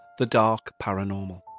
thedarkparanormal